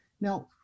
now